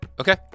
Okay